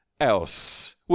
else